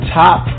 top